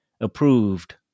approved